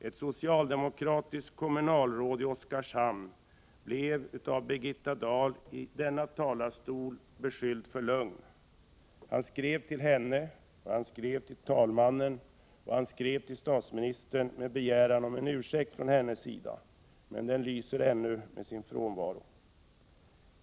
Ett socialdemokratiskt kommunalråd i Oskarshamn blev av Birgitta Dahl i denna talarstol beskylld för lögn. Han skrev till henne, talmannen och statsministern med begäran om en ursäkt, men den lyser än med sin frånvaro.